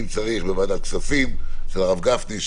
אם צריך בוועדת הכספים אצל הרב גפני,